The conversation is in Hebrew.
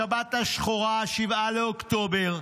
השבת השחורה, 7 באוקטובר,